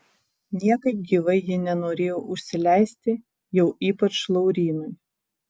niekaip gyvai ji nenorėjo užsileisti jau ypač laurynui